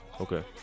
Okay